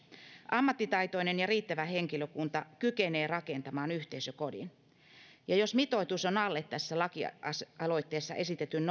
ammattitaitoinen ja riittävä henkilökunta kykenee rakentamaan yhteisökodin ja jos mitoitus on alle tässä lakialoitteessa esitetyn